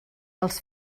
els